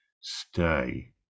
stay